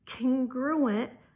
congruent